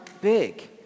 big